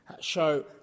show